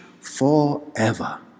forever